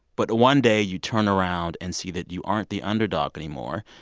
but one day, you turn around and see that you aren't the underdog anymore.